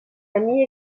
amy